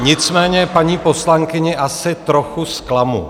Nicméně paní poslankyni asi trochu zklamu.